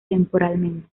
temporalmente